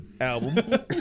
album